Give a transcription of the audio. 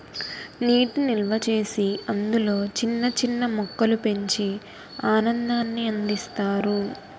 నీటి నిల్వచేసి అందులో చిన్న చిన్న మొక్కలు పెంచి ఆనందాన్ని అందిస్తారు